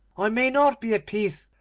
i may not be at peace,